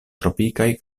tropikaj